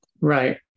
Right